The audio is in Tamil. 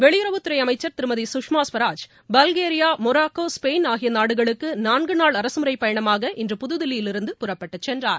வெளியுறவுத்துறை அமைச்சர் திருமதி Sushma Swaraj Bulgaria Morocco Spain ஆகிய நாடுகளுக்கு நான்குநாள் அரசுமுறைப் பயணமாக இன்று புதுதில்லியிலிருந்து புறப்பட்டுச் சென்றார்